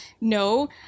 No